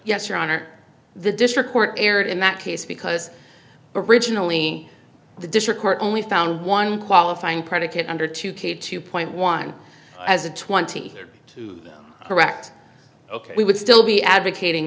yes your honor the district court erred in that case because originally the district court only found one qualifying predicate under two k two point one as a twenty year correct ok we would still be advocating